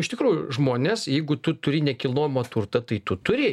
iš tikrųjų žmonės jeigu tu turi nekilnojamą turtą tai tu turi